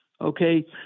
okay